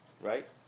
Right